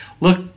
look